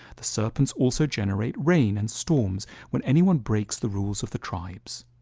the serpents also generate rain and storms when anyone breaks the rules of the tribes.